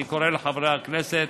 אני קורא לחברי הכנסת